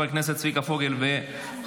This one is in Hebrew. חבר הכנסת צביקה פוגל וחבריו.